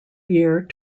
year